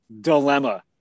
dilemma